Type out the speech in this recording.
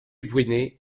brunet